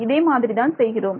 இதே மாதிரி தான் செய்கிறோம்